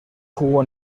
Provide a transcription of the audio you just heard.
jugó